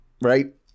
Right